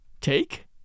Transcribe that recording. Take